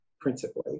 principally